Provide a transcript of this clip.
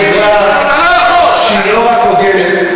אתה לא יכול.